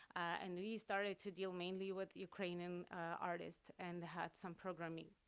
and we started to deal mainly with ukrainian artists and had some programming.